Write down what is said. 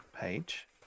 page